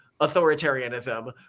authoritarianism